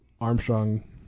Armstrong